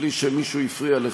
בלי שמישהו הפריע לך,